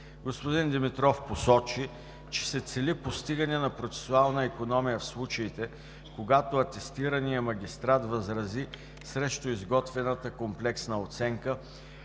Господин Димитров посочи, че се цели постигане на процесуална икономия в случаите, когато атестираният магистрат възрази срещу изготвената комплексна оценка